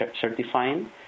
certifying